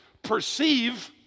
perceive